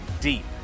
deep